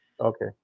okay